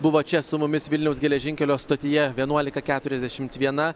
buvo čia su mumis vilniaus geležinkelio stotyje vienuolika keturiasdešimt viena